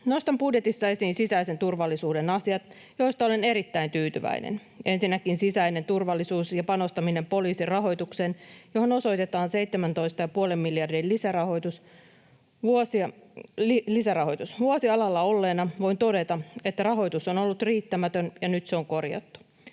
Nostan budjetista esiin sisäisen turvallisuuden asiat, joihin olen erittäin tyytyväinen. Ensinnäkin sisäinen turvallisuus ja panostaminen poliisin rahoitukseen, johon osoitetaan 17,5 miljoonan lisärahoitus. Vuosia alalla olleena voin todeta, että rahoitus on ollut riittämätön ja nyt se on korjattu.